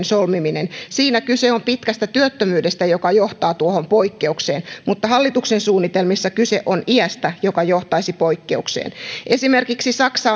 solmiminen siinä kyse on pitkästä työttömyydestä joka johtaa tuohon poikkeukseen mutta hallituksen suunnitelmissa kyse on iästä joka johtaisi poikkeukseen esimerkiksi saksa